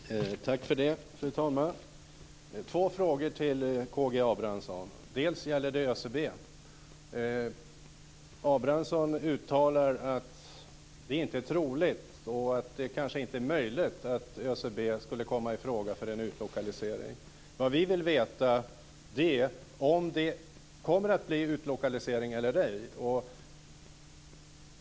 Fru talman! Jag har två frågor till K G Abramsson. Först gäller det ÖCB. Abramsson uttalar att det inte är troligt, och kanske inte möjligt, att ÖCB skulle komma i fråga för en utlokalisering. Vad vi vill veta är om det kommer att bli utlokalisering eller ej.